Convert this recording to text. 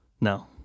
No